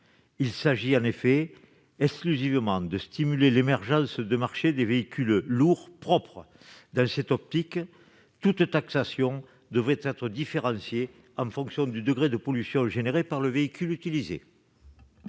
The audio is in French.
il s'agit exclusivement de stimuler l'émergence des marchés de véhicules lourds propres. Dans cette perspective, toute taxation devrait être différenciée en fonction du degré de pollution générée par le véhicule utilisé.